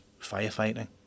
firefighting